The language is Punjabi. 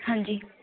ਹਾਂਜੀ